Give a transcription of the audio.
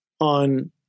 on